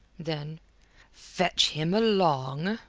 then fetch him along,